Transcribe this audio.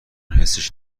حسش